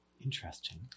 Interesting